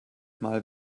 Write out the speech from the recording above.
mal